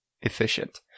efficient